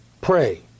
Pray